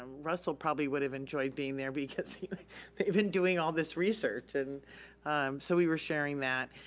russell probably would have enjoyed being there because they've been doing all this research. and um so we were sharing that.